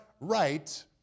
right